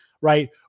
right